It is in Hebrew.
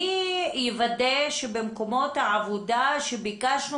מי יוודא שבמקומות העבודה שביקשנו